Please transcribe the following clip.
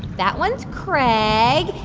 that one's craig,